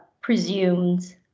presumed